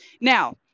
now